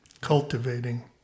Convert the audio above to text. cultivating